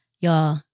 Y'all